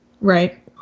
Right